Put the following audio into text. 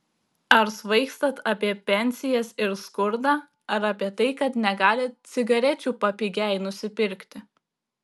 ar svaigstat apie pensijas ir skurdą ar apie tai kad negalit cigarečių papigiai nusipirkti